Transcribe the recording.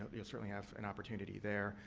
you'll certainly have an opportunity there.